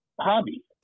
hobby